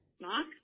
Mark